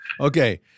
Okay